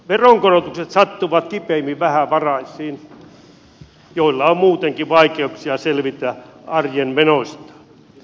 veronkorotukset sattuvat kipeimmin vähävaraisiin joilla on muutekin vaikeuksia selvitä arjen menoista